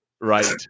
right